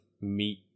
meet